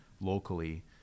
locally